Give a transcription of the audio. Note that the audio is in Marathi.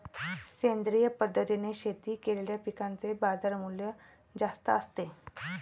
सेंद्रिय पद्धतीने शेती केलेल्या पिकांचे बाजारमूल्य जास्त असते